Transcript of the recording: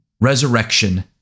resurrection